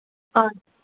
ஆ